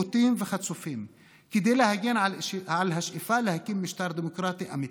בוטים וחצופים כדי להגן על השאיפה להקים משטר דמוקרטי אמיתי,